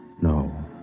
No